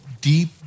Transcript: deep